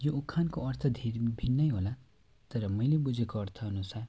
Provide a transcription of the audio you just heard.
यो उखानको अर्थ धेरै भिन्नै होला तर मैले बुझेको अर्थअनुसार